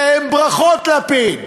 אלה הן ברכות לפיד.